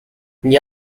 gli